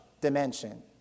dimension